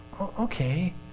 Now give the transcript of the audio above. Okay